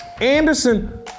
Anderson